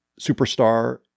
superstar